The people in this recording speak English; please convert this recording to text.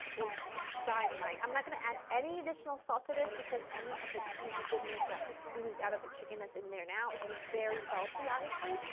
it's dynamite! i'm not going to add any additional salt to this because any of the cheesy goodness that oozed out of the chicken that's in there now is very salty, obviously,